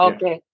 Okay